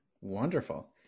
Wonderful